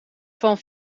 van